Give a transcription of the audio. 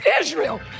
Israel